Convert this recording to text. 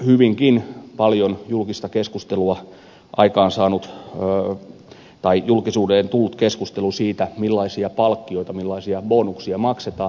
hyvinkin paljon julkista keskustelua on aikaansaanut julkisuuteen tullut keskustelu siitä millaisia palkkioita millaisia bonuksia maksetaan